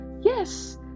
yes